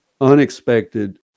unexpected